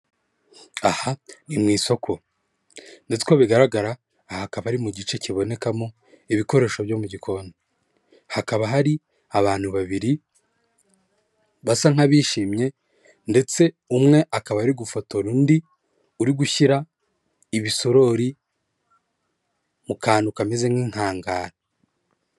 Aha ni mu isoko ndetse uko bigaragara ahakaba ari mu gice kibonekamo ibikoresho byo mu gikoni hakaba hari abantu babiri basa nk'abishimye ndetse umwe akaba ari gufotora undi uri gushyira ibisorori mu kantu kameze nk'inkangara.